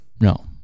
No